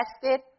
tested